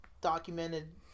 documented